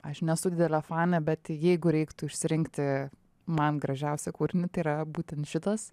aš nesu didelė fanė bet jeigu reiktų išsirinkti man gražiausią kūrinį tai yra būtent šitas